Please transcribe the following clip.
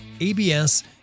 abs